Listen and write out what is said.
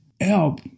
help